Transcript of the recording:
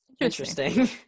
Interesting